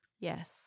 Yes